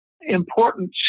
important